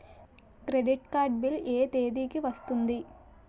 Credit card bill ఎ తేదీ కి వస్తుంది?